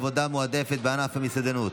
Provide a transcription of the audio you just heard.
עבודה מועדפת בענף המסעדנות),